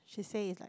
she say is like